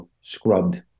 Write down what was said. scrubbed